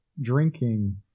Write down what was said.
drinking –